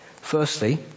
Firstly